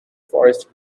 forest